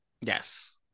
Yes